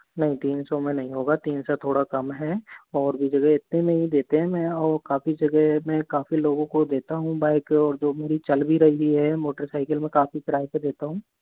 नहीं तीन सौ में नहीं होगा तीन से थोड़ा कम है और इस रेट पे नही देते हैं मैं यहाँ और काफ़ी जगह मैं काफ़ी लोगों को देता हूँ बाइक एक और जो मेरी चल भी रही है मोटरसाइकिल मैं काफ़ी किराए पे देता हूँ